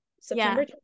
September